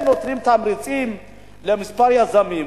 הם נותנים תמריצים לכמה יזמים,